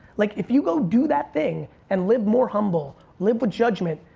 like if you go do that thing and live more humble, live with judgment,